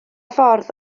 ffordd